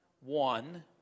One